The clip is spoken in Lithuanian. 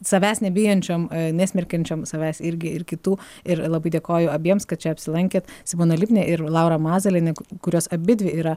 savęs nebijančiom nesmerkiančiom savęs irgi ir kitų ir labai dėkoju abiems kad čia apsilankėt simona lipnė ir laura mazalienė kurios abidvi yra